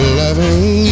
loving